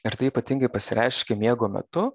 ir tai ypatingai pasireiškia miego metu